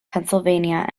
pennsylvania